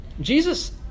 Jesus